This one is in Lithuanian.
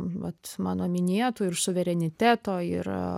vat mano minėtų ir suvereniteto ir